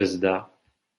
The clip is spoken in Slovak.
brzda